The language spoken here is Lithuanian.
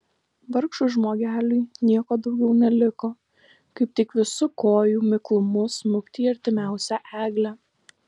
vargšui žmogeliui nieko daugiau neliko kaip tik visu kojų miklumu smukti į artimiausią eglę